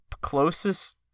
closest